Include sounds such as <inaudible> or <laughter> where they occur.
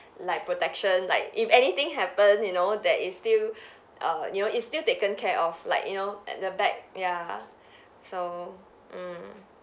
like protection like if anything happen you know there is still <breath> err you know it's still taken care of like you know at the back ya so mm